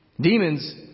Demons